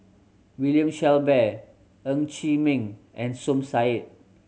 William Shellabear Ng Chee Meng and Som Said